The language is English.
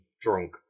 drunk